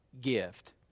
gift